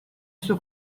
sue